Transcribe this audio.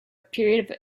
period